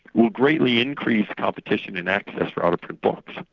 will greatly increase competition in access to out-of-print books.